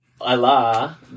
Allah